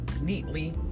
neatly